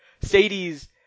sadie's